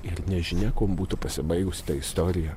ir nežinia kuom būtų pasibaigusi ta istorija